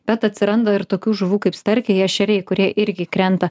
bet atsiranda ir tokių žuvų kaip starkiai ešeriai kurie irgi krenta